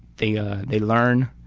they ah they learn,